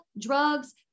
drugs